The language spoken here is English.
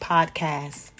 Podcast